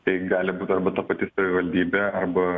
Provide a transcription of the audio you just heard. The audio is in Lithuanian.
tai gali būt arba ta pati savivaldybė arba